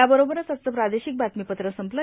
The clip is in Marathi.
याबरोबरच आजचं प्रार्दोशक बातमीपत्र संपलं